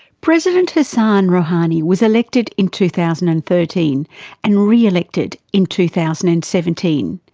president hassan rouhani was elected in two thousand and thirteen and re-elected in two thousand and seventeen.